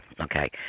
Okay